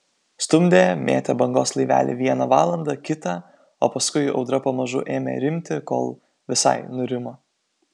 stumdė mėtė bangos laivelį vieną valandą kitą o paskui audra pamažu ėmė rimti kol visai nurimo